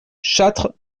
châtres